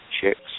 chicks